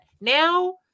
Now